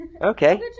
Okay